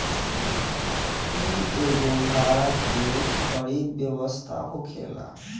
इ एगो भाड़ा के खरीद व्यवस्था होखेला